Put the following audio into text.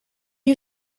you